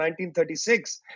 1936